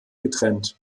getrennt